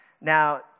Now